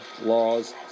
laws